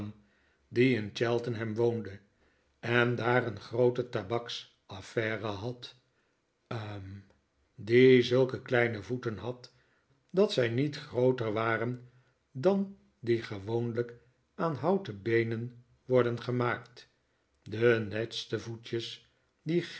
die in cheltenham woonde en daar een groote tabaksaffaire had hm die zulke kleine voeten had dat zij niet grooter waren dan die gewoonlijk aan houten beenen worden gemaakt de netste voetjes die